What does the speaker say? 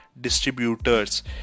distributors